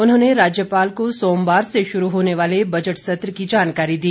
उन्होंने राज्यपाल को सोमवार से शुरू होने वाले बजट सत्र की जानकारी दी